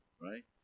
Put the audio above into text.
right